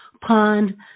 pond